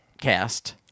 Cast